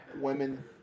women